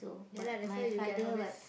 ya lah that's why you can always